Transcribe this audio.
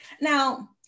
Now